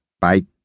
bye